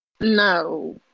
No